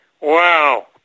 Wow